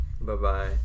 bye-bye